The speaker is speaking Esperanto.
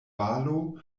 valo